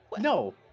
No